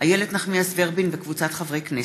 איילת נחמיאס ורבין וקבוצת חברי הכנסת.